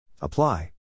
Apply